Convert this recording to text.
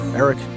Eric